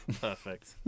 Perfect